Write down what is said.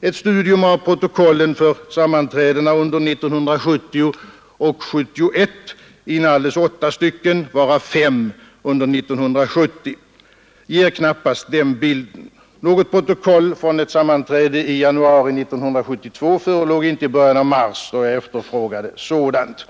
Ett studium av protokollen från sammanträdena under 1970 och 1971, inalles åtta stycken, varav fem under 1970, ger knappast den bilden. Något protokoll från ett sammanträde i januari 1972 förelåg inte i början av mars då jag efterfrågade ett sådant.